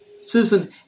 Susan